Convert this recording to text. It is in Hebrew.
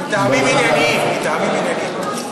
מטעמים ענייניים, מטעמים ענייניים.